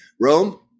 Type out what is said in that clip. Rome